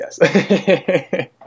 yes